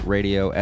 Radio